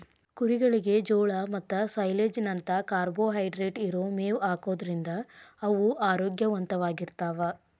ಕುರಿಗಳಿಗೆ ಜೋಳ ಮತ್ತ ಸೈಲೇಜ್ ನಂತ ಕಾರ್ಬೋಹೈಡ್ರೇಟ್ ಇರೋ ಮೇವ್ ಹಾಕೋದ್ರಿಂದ ಅವು ಆರೋಗ್ಯವಂತವಾಗಿರ್ತಾವ